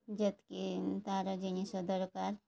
ଯେତିକି ତା'ର ଜିନିଷ ଦରକାର